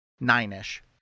nine-ish